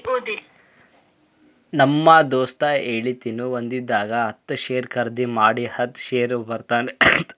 ನಮ್ ದೋಸ್ತ ಹೇಳತಿನು ಒಂದಿಂದಾಗ ಹತ್ತ್ ಶೇರ್ ಖರ್ದಿ ಮಾಡಿ ಹತ್ತ್ ಶೇರ್ ಮಾರ್ಯಾನ ಅಂತ್